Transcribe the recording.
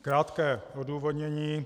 Krátké odůvodnění.